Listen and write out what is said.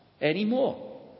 anymore